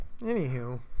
Anywho